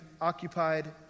occupied